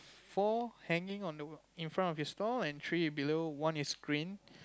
four hanging on the in front of your stall and tree below one is green